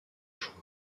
choix